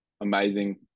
amazing